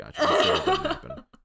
Gotcha